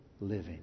living